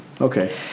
Okay